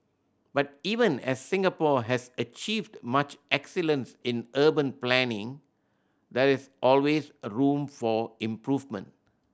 but even as Singapore has achieved much excellence in urban planning there is always a room for improvement